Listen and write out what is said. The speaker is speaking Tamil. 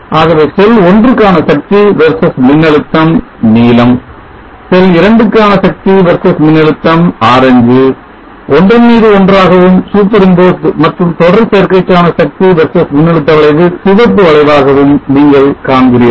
ஆகவே செல் 1 க்கான சக்தி versus மின்னழுத்தம் நீலம் செல் 2 க்கான சக்தி versus மின்னழுத்தம் ஆரஞ்சு ஒன்றன்மீது ஒன்றாகவும் மற்றும் தொடர் சேர்க்கைக்கான சக்தி versus மின்னழுத்த வளைவு சிவப்பு வளைவாகவும் நீங்கள் காண்கிறீர்கள்